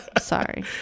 Sorry